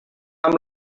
amb